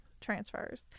transfers